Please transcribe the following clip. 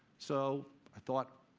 so i thought,